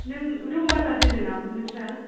नों रुम भारा दोनोना नोंस्रा